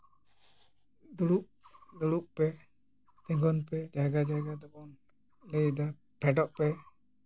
ᱫᱩᱲᱩᱵ ᱫᱩᱲᱩᱵ ᱯᱮ ᱛᱤᱜᱩᱱ ᱯᱮ ᱡᱟᱭᱜᱟ ᱡᱟᱭᱜᱟ ᱫᱚᱵᱚᱱ ᱞᱟᱹᱭᱫᱟ ᱯᱷᱮᱰᱚᱜ ᱯᱮ